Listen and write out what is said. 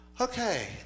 Okay